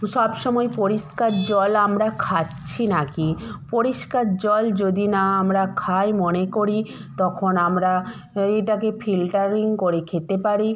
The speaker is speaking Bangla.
সব সময় পরিষ্কার জল আমরা খাচ্ছি নাকি পরিষ্কার জল যদি না আমরা খাই মনে করি তখন আমরা এইটাকে ফিল্টারিং করে খেতে পারি